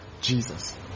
Jesus